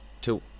two